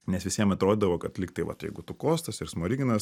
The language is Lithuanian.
nes visiem atrodydavo kad lyg tai vat jeigu tu kostas ir smoriginas